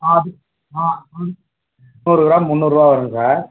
நூறு கிராம் முந்நூறு ரூபா வருது சார்